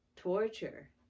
torture